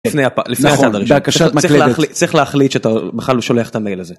לפני הפעולה קשה להחליט שאתה בכלל לא שולח את המייל הזה.